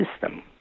system